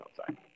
outside